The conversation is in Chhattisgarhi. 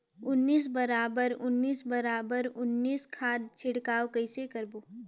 उन्नीस बराबर उन्नीस बराबर उन्नीस खाद छिड़काव कइसे करबो?